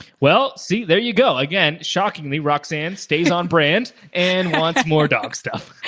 well, see, there you go. again, shockingly, roxanne stays on brand and wants more dog stuff.